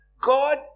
God